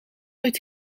uit